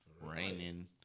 Raining